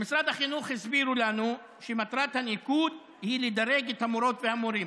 במשרד החינוך הסבירו לנו שמטרת הניקוד היא לדרג את המורות והמורים,